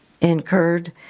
incurred